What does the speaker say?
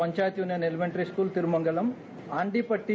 panchayat union elementary school Thirumangalam Andappatti